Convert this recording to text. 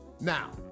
Now